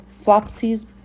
Flopsy's